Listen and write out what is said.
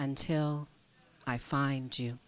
until i find you